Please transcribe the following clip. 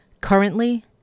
Currently